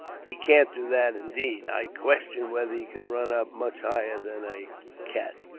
he can't do that. indeed, i question whether he could run up much higher than a cat.